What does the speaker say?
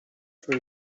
for